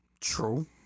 True